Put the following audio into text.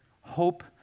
hope